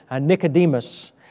Nicodemus